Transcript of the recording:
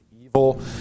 evil